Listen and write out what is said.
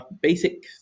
basic